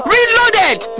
Reloaded